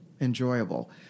enjoyable